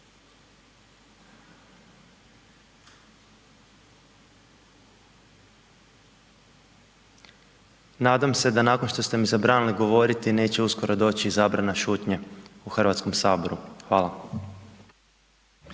nadam se da nakon što ste mi zabranili govoriti da neće uskoro doći i zabrana šutnje u Hrvatskom saboru. Hvala.